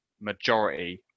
majority